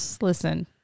Listen